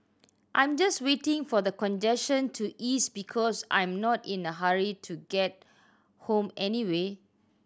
I'm just waiting for the congestion to ease because I'm not in a hurry to get home anyway